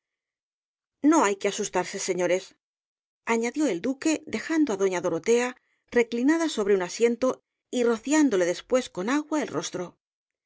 no hay que asustarse señores añadió el duque dejando á doña dorotea reclinada sobre un asiento y rociándole después con agua el rostro